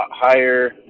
higher